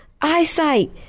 eyesight